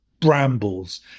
brambles